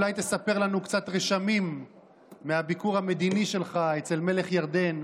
אולי תספר לנו קצת רשמים מהביקור המדיני שלך אצל מלך ירדן,